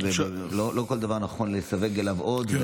לא כל דבר נכון לסווג אליו עוד,